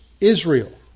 Israel